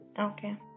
Okay